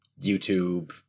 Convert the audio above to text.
YouTube